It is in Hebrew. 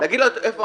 להגיד לה איפה